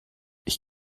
ich